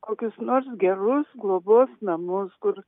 kokius nors gerus globos namus kur